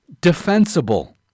defensible